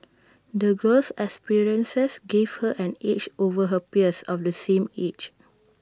the girl's experiences gave her an edge over her peers of the same age